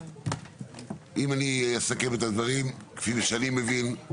אם אני אסכם את הדברים, כפי שאני מבין,